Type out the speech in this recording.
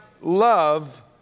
love